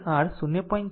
4 r ix હશે